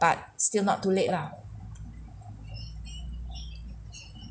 but still not too late lah